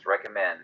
recommend